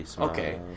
Okay